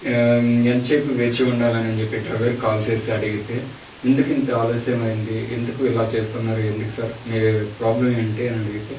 ఎంత సేపు వేచి ఉండాలి అని చెప్పి డ్రైవర్కి కాల్ చేసి అడిగితే ఎందుకింత ఆలస్యమైంది ఎందుకు ఇలా చేస్తున్నారు ఎందుకు సార్ మీ ప్రాబ్లమ్ ఏంటి అని అడిగితే